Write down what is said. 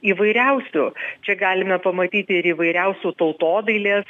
įvairiausių čia galime pamatyti ir įvairiausių tautodailės